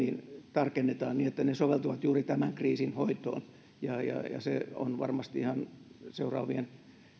tarkennetaan niin että ne soveltuvat juuri tämän kriisin hoitoon ja ja se on varmasti ihan seuraavien